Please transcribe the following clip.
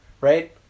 right